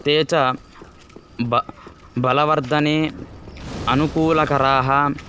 ते च ब बलवर्धने अनुकूलकराः